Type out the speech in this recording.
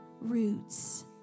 roots